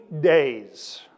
days